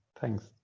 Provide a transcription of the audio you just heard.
Thanks